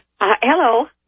hello